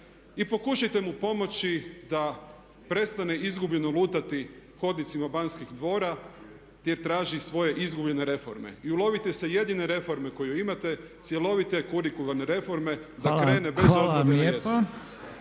i pokušajte mu pomoći da prestane izgubljeno lutati hodnicima Banskih dvora jer traži svoje izgubljene reforme. I ulovite se jedine reforme koju imate cjelovite kurikularne reforme da krene …/Govornik